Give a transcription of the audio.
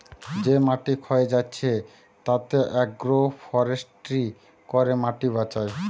যে মাটি ক্ষয়ে যাচ্ছে তাতে আগ্রো ফরেষ্ট্রী করে মাটি বাঁচায়